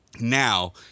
Now